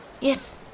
Yes